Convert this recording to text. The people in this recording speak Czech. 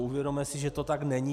Uvědomme si, že to tak není.